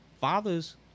Fathers